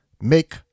make